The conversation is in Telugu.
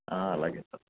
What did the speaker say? అలాగే సార్